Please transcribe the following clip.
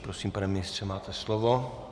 Prosím, pane ministře, máte slovo.